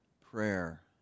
prayer